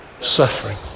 suffering